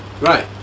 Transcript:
Right